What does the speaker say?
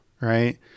right